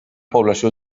població